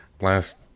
Last